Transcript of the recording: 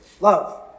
Love